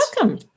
welcome